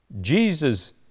Jesus